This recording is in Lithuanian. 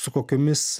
su kokiomis